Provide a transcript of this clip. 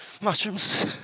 mushrooms